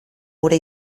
gure